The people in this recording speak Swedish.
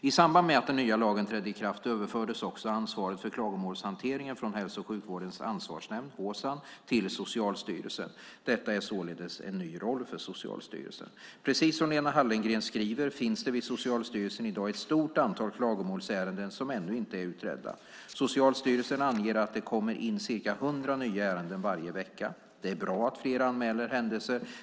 I samband med att den nya lagen trädde i kraft överfördes också ansvaret för klagomålshanteringen från Hälso och sjukvårdens ansvarsnämnd, HSAN, till Socialstyrelsen. Detta är således en ny roll för Socialstyrelsen. Precis som Lena Hallengren skriver finns det vid Socialstyrelsen i dag ett stort antal klagomålsärenden som ännu inte är utredda. Socialstyrelsen anger att det kommer in ca 100 nya ärenden varje vecka. Det är bra att fler anmäler händelser.